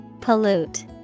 Pollute